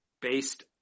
based